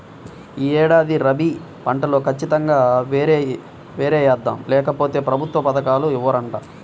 యీ ఏడాది రబీ పంటలో ఖచ్చితంగా వరే యేద్దాం, లేకపోతె ప్రభుత్వ పథకాలు ఇవ్వరంట